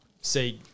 Say